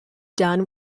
done